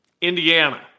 Indiana